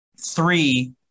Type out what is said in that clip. three